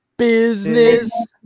business